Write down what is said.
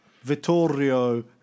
Vittorio